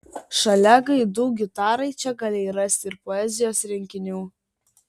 šalia gaidų gitarai čia galėjai rasti ir poezijos rinkinių